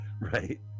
Right